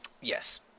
Yes